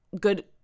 good